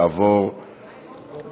הפיקוח על שירותים פיננסיים (ביטוח) (תיקון מס' 35)